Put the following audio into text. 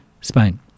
Spain